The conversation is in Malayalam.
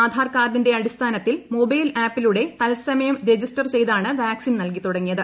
ആധാർ കാർഡിന്റെ അടിസ്ഥാനത്തിൽ മൊബൈൽ ആപ്പിലൂടെ തത്സമയം രജിസ്റ്റർ ചെയ്താണ് വാക്സിൻ നൽകി തുടങ്ങിയത്